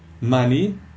money